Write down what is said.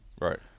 Right